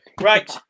Right